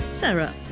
Sarah